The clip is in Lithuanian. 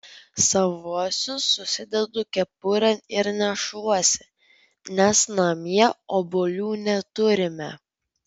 savuosius susidedu kepurėn ir nešuosi nes namie obuolių neturime